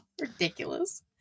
Ridiculous